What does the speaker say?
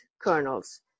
kernels